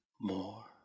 More